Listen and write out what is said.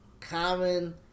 common